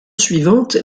suivantes